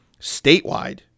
statewide